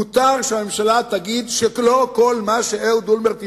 מותר שהממשלה תגיד שלא כל מה שאהוד אולמרט הבטיח,